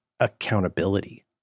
accountability